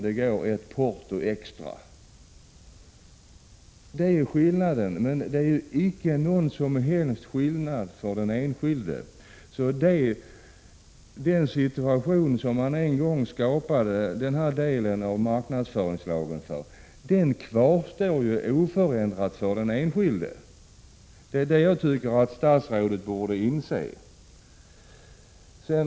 Det blir bara ett extra porto, men icke någon som helst skillnad för den enskilde. Den situation för vilken marknadsföringslagen en gång skapades för att komma till rätta med kvarstår oförändrad för den enskilde. Jag tycker att statsrådet borde inse detta.